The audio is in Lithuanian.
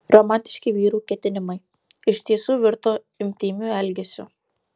romantiški vyrų ketinimai iš tiesų virto intymiu elgesiu